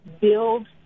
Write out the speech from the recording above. build